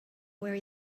where